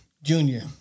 Junior